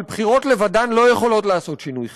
אבל בחירות לבדן לא יכולות לעשות שינוי חברתי,